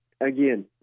again